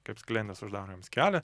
kaip sklendės uždaro joms kelią